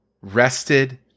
rested